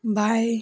बाएं